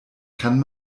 kann